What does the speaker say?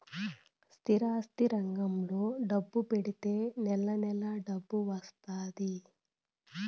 స్థిరాస్తి రంగంలో డబ్బు పెడితే నెల నెలా డబ్బు వత్తాది